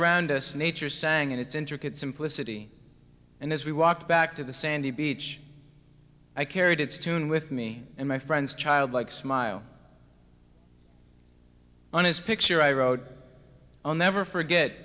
around us nature sang in its intricate simplicity and as we walked back to the sandy beach i carried its tune with me and my friends childlike smile on his picture i rode on never forget